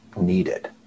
needed